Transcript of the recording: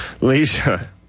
Lisa